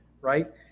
right